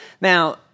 Now